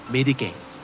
Mitigate